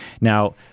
Now